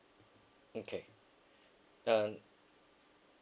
okay uh